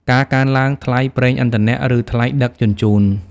ការកើនឡើងថ្លៃប្រេងឥន្ធនៈ ឬថ្លៃដឹកជញ្ជូន។